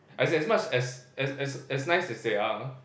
as in as much as as as as nice as they are